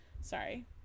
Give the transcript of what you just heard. Sorry